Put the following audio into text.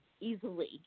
easily